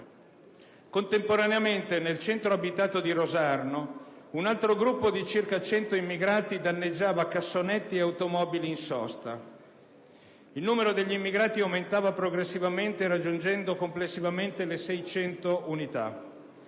Contemporaneamente, nel centro abitato di Rosarno, un altro gruppo di circa 100 immigrati danneggiava cassonetti e automobili in sosta. Il numero degli immigrati aumentava progressivamente raggiungendo complessivamente le 600 unità.